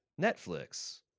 Netflix